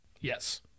Yes